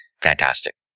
Fantastic